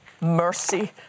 mercy